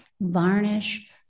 varnish